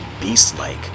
beast-like